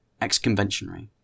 ex-conventionary